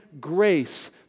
grace